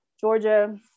Georgia